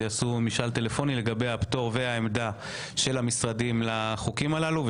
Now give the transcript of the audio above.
יעשו משאל טלפוני לגבי הפטור והעמדה של המשרדים לחוקים הללו.